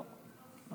לא סוכם.